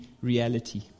reality